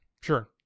sure